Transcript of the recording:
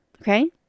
okay